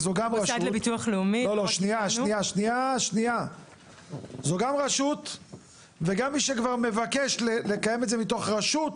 שזו גם רשות וגם מי שכבר מבקש לקיים את זה מתוך רשות,